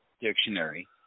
dictionary